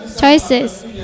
choices